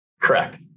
Correct